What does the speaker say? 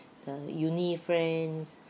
the uni friends